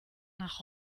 nach